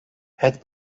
het